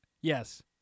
Yes